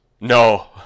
No